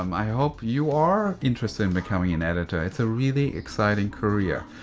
um i hope you are interested in becoming an editor. it's a really exciting career.